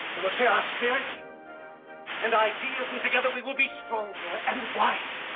and will share our spirits and ideas, and together, we will be stronger and wiser.